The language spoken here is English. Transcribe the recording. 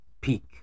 peak